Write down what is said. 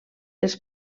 els